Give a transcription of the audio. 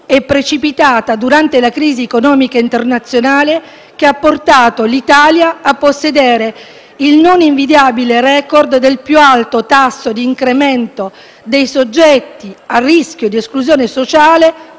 e precipitata durante la crisi economica internazionale che ha portato l'Italia a possedere il non invidiabile *record* del più alto tasso di incremento dei soggetti a rischio di esclusione sociale